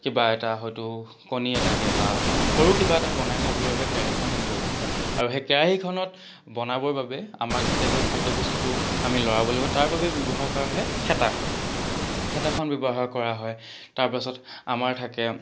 কিবা এটা হয়তো কণী এটাকে বা সৰু কিবা এটা বনাই খাবৰ বাবে কেৰাহীখন তেনেকৈ ব্যৱহাৰ কৰা হয় আৰু সেই কেৰাহীখনত বনাবৰ বাবে আমাক যেতিয়া সেই খাদ্য বস্তুটো আমি লৰাব লাগিব তাৰ বাবে ব্যৱহাৰ কৰা হয় হেতাখন হেতাখন ব্যৱহাৰ কৰা হয় তাৰপাছত আমাৰ থাকে